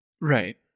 Right